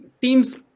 teams